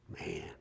Man